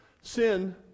Sin